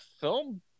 film